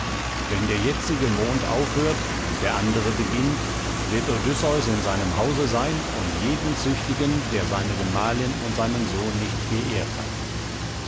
wenn der jetzige mond aufhört und der andre beginnt wird odysseus in seinem hause sein und jeden züchtigen der seine gemahlin und seinen sohn nicht geehrt hat